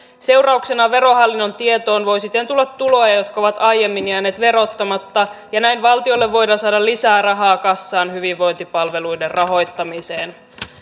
seurauksena verohallinnon tietoon voi siten tulla tuloja jotka ovat aiemmin jääneet verottamatta ja näin valtiolle voidaan saada lisää rahaa kassaan hyvinvointipalveluiden rahoittamiseen